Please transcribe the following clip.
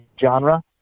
genre